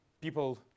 people